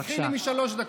תתחיל לי משלוש דקות.